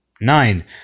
Nine